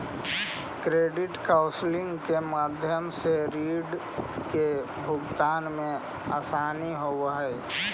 credit counselling के माध्यम से रीड के भुगतान में असानी होवऽ हई